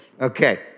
okay